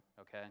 okay